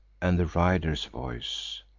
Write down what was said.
and the riders' voice.